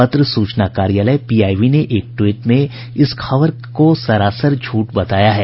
पत्र सूचना कार्यालय पी आई बी ने एक टवीट् में इस खबर को सरासर झूठ बताया है